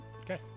Okay